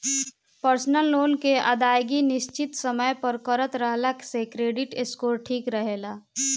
personal loan के अदायगी निसचित समय पर करत रहला से क्रेडिट स्कोर ठिक रहेला